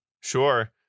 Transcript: sure